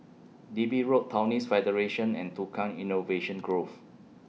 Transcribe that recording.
Digby Road Taoist Federation and Tukang Innovation Grove